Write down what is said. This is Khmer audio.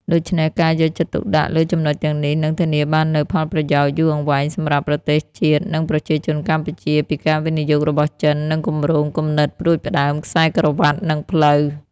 ដូច្នេះការយកចិត្តទុកដាក់លើចំណុចទាំងនេះនឹងធានាបាននូវផលប្រយោជន៍យូរអង្វែងសម្រាប់ប្រទេសជាតិ និងប្រជាជនកម្ពុជាពីការវិនិយោគរបស់ចិន និងគម្រោង គំនិតផ្ដួចផ្ដើមខ្សែក្រវាត់ និងផ្លូវ។